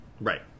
Right